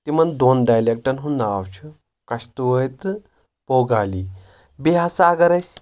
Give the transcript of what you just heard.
تِمن دۄن ڈایلیکٹن ہُنٛد ناو چھُ کشتوٲرۍ تہٕ پوگالی بیٚیہِ ہسا اگر أسۍ